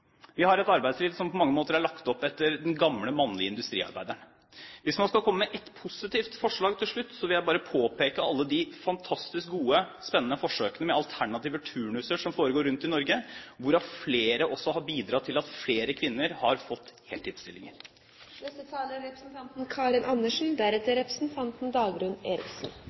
Vi har et arbeidsliv som på mange måter er lagt opp etter den gamle mannlige industriarbeideren. Hvis jeg skal komme med et positivt forslag til slutt, vil jeg bare påpeke alle de fantastisk gode, spennende forsøkene med alternative turnuser som foregår rundt om i Norge, hvorav flere også har bidratt til at flere kvinner har fått heltidsstillinger. Jeg kan berolige representanten